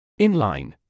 Inline